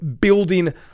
building